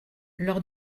lors